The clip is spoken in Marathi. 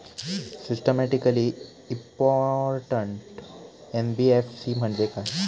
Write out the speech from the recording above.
सिस्टमॅटिकली इंपॉर्टंट एन.बी.एफ.सी म्हणजे काय?